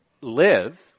live